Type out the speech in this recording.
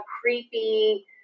creepy